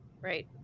Right